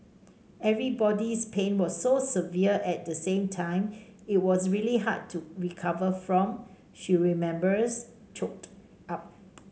everybody's pain was so severe at the same time it was really hard to recover from she remembers choked up